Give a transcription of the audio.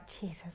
Jesus